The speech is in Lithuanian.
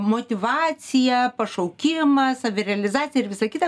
motyvacija pašaukimas savirealizacija ir visą kitą